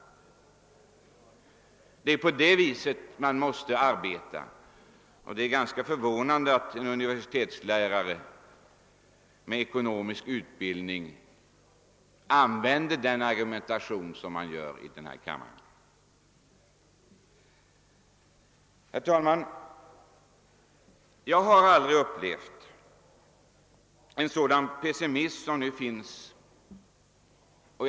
Det är på det sättet man måste arbeta och det är ganska förvånande att en universitetslärare med ekonomisk utbildning använder sig av en sådan argumentation som vi här hört. Herr talman! Jag har aldrig förut upplevt en sådan pessimism som nu förekommer.